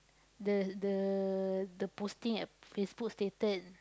the the the posting at Facebook stated